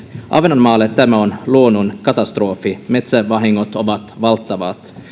ahvenanmaalle tämä on luonnonkatastrofi metsävahingot ovat valtavat